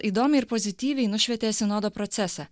įdomiai ir pozityviai nušvietė sinodo procesą